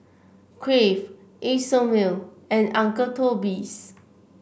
Crave Isomil and Uncle Toby's